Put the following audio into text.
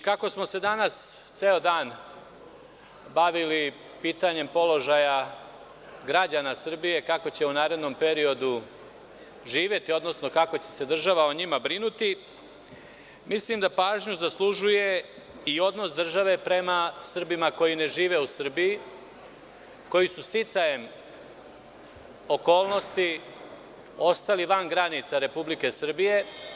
Kako smo se danas ceo dan bavili pitanjem položaja građana Srbije i kako će u narednom periodu živeti, odnosno kako će se država o njima brinuti, mislim da pažnju zaslužuje i odnos države prema Srbima koji ne žive u Srbiji, koji su sticajem okolnosti ostali van granica Republike Srbije.